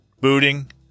booting